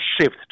shift